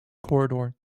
corridor